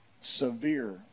severe